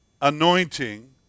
anointing